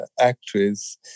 actress